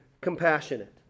compassionate